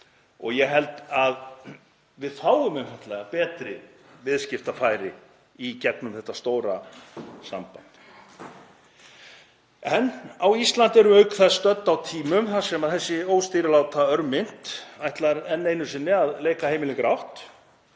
Ég held að við fáum einfaldlega betri viðskiptafæri í gegnum þetta stóra samband. Á Íslandi erum við auk þess stödd á tímum þar sem þessi óstýrláta örmynt ætlar enn einu sinni að leika heimilin grátt